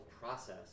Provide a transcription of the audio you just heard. process